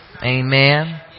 Amen